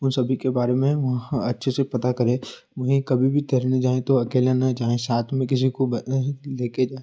उन सभी के बारे में वहाँ अच्छे से पता करें वहीं कभी भी तैरने जाए तो अकेले न जाए साथ में किसी को ले कर जाए